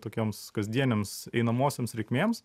tokioms kasdienėms einamosioms reikmėms